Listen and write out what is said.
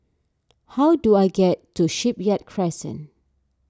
how do I get to Shipyard Crescent